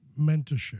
mentorship